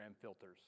filters